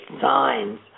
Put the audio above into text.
signs